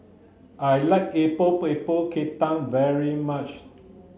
I like Epok Epok Kentang very much